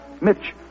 Mitch